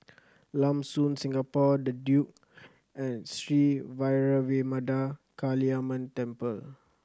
Lam Soon Singapore The Duke and Sri Vairavimada Kaliamman Temple